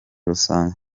rusange